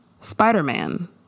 Spider-Man